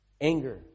anger